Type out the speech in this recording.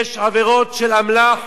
עבירות של אמל"ח